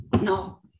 No